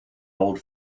old